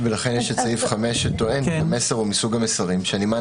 לכן יש סעיף 5 שטוען שהמסר הוא מסוג המסרים שנמען